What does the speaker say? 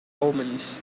omens